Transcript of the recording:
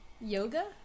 Yoga